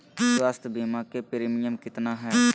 स्वास्थ बीमा के प्रिमियम कितना है?